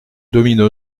domino